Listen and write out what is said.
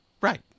Right